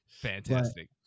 Fantastic